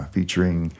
Featuring